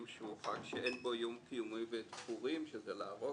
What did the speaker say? אף על פי שהוא חג קיומי ואת פורים שזה להרוג